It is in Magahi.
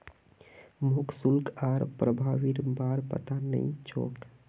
मोक शुल्क आर प्रभावीर बार पता नइ छोक